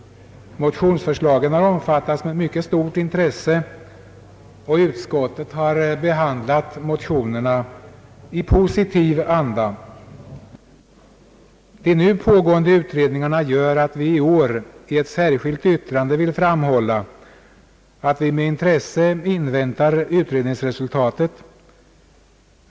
Motionsförslagen har omfattats med mycket stort intresse, och utskottet har behandlat motionerna i positiv anda. De nu pågående utredningarna gör att vi i år i ett särskilt yttrande vill framhålla, att vi med intresse inväntar utredningsresultaten.